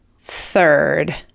third